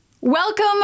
Welcome